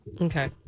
Okay